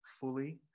fully